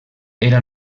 era